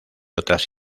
otras